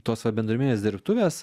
tos va bendruomenines dirbtuves